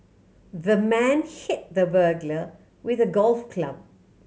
the man hit the burglar with a golf club